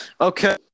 Okay